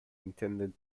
intended